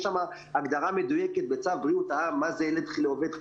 יש הגדרה מדויקת בצו בריאות העם מה זה ילד לעובד חיוני,